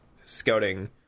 scouting